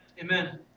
Amen